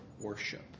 worship